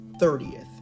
30th